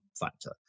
factor